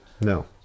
No